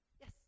Yes